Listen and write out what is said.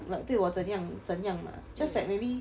like 对我怎样怎样 mah just like maybe